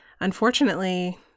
unfortunately